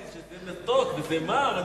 אבל אמרתי שזה מתוק וזה מר,